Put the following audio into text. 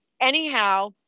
anyhow